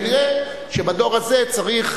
כנראה, בדור הזה צריך